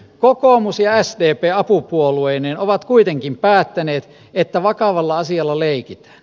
kokoomus ja sdp apupuolueineen ovat kuitenkin päättäneet että vakavalla asialla leikitään